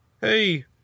Hey